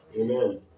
Amen